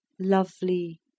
Lovely